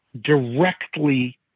directly